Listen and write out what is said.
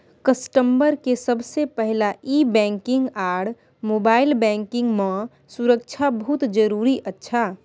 customer के सबसे पहला ई बैंकिंग आर मोबाइल बैंकिंग मां सुरक्षा बहुत जरूरी अच्छा